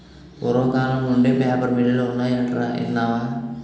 పూర్వకాలం నుండే పేపర్ మిల్లులు ఉన్నాయటరా ఇన్నావా